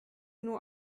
nur